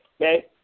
Okay